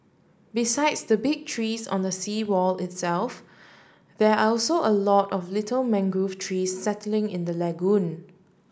besides the big trees on the seawall itself there are also a lot of little mangrove trees settling in the lagoon